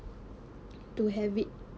to have it